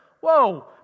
whoa